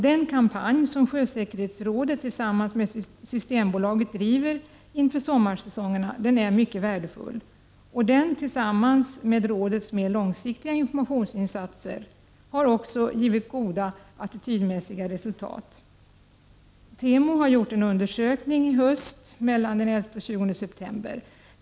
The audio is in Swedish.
Den kampanj som sjösäkerhetsrådet tillsammans med Systembolaget driver inför sommarsäsongerna är mycket värdefull. Denna tillsammans med rådets mer långsiktiga informationsinsatser har också givit goda attitydmässiga resultat. Temo har gjort en undersökning under tiden den 11—20 september i år.